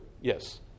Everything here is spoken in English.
Yes